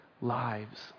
lives